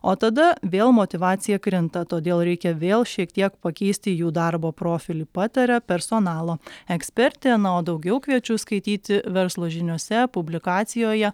o tada vėl motyvacija krinta todėl reikia vėl šiek tiek pakeisti jų darbo profilį pataria personalo ekspertė na o daugiau kviečiu skaityti verslo žiniose publikacijoje